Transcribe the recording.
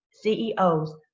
CEOs